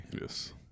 Yes